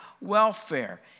welfare